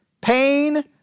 pain